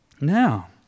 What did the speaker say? now